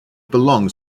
belongs